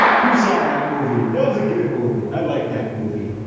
who saw that movie? that was a good movie. i liked that movie.